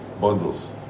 bundles